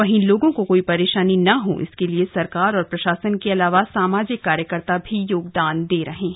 वहीं लोगों को कोई परेशानी न हो इसके लिए सरकार और प्रशासन के अलावा सामाजिक कार्यकर्ता अपना योगदान दे रहे हैं